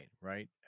right